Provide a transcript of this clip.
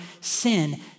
sin